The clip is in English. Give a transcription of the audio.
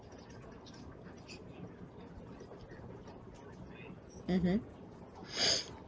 mmhmm